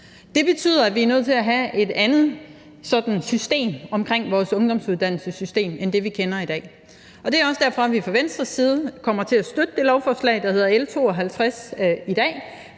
Det betyder, at vi er nødt til at have et andet system omkring vores ungdomsuddannelser end det, vi kender i dag. Og det er også derfor, vi fra Venstres side kommer til at støtte det lovforslag, der hedder L 52, i dag,